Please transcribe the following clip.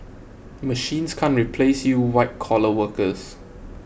machines can't replace you white collar workers